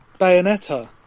Bayonetta